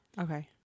Okay